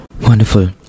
Wonderful